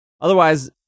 Otherwise